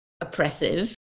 oppressive